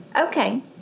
Okay